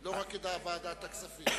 לא רק כוועדת הכספים.